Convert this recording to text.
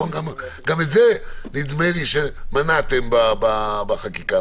גם זה נדמה לי שמנעתם בחקיקה.